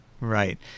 Right